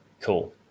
Cool